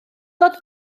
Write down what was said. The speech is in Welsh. fod